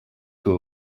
who